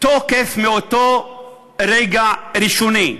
תוקף מאותו רגע ראשוני.